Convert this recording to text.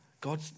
God